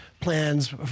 plans